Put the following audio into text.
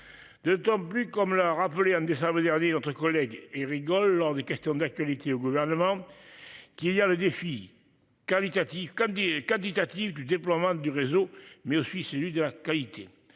D'autant plus, comme l'a rappelé en décembre dernier notre collègue et rigole lors des questions d'actualité au gouvernement. Qu'il y a le défi qualitatif comme dit quantitative du déploiement du réseau, mais aussi celui de la qualité,